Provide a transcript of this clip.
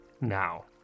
Now